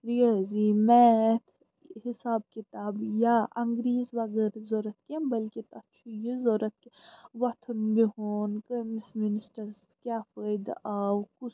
ریٲضی math حِساب کِتاب یا انٛگریٖزۍ وغٲرٕ ضروٗرت کیٚنٛہہ بٔلکہِ تَتھ چھُ یہِ ضروٗرت کہِ وۄتھُن بِہُن کٔمِس مِنِسٹرَس کیٛاہ فٲیِدٕ آو کُس